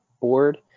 board